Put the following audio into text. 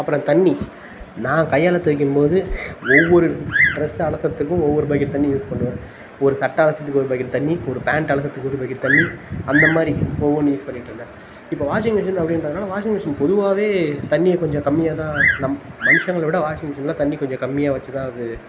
அப்புறம் தண்ணி நான் கையால் துவைக்கும் போது ஒவ்வொரு ஸ் டிரஸ்ஸை அலசுகிறதக்கும் ஒவ்வொரு பக்கெட் தண்ணி யூஸ் பண்ணுவேன் ஒரு சட்டை அலசுகிறத்துக்கு ஒரு பக்கெட் தண்ணி ஒரு பேண்ட் அலசுகிறத்துக்கு ஒரு பக்கெட் தண்ணி அந்தமாதிரி ஒவ்வொன்றும் யூஸ் பண்ணிகிட்டுருந்தேன் இப்போ வாஷிங் மெஷின் அப்படின்றதுனால வாஷிங் மெஷின் பொதுவாகவே தண்ணியை கொஞ்சம் கம்மியாக தான் நம் மனுஷங்களை விட வாஷிங் மெஷினில் தண்ணி கொஞ்சம் கம்மியாக வச்சு தான் அது